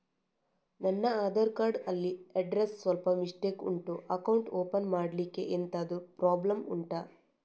ನನ್ನ ಆಧಾರ್ ಕಾರ್ಡ್ ಅಲ್ಲಿ ಅಡ್ರೆಸ್ ಸ್ವಲ್ಪ ಮಿಸ್ಟೇಕ್ ಉಂಟು ಅಕೌಂಟ್ ಓಪನ್ ಮಾಡ್ಲಿಕ್ಕೆ ಎಂತಾದ್ರು ಪ್ರಾಬ್ಲಮ್ ಉಂಟಾ